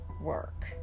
work